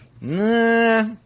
Nah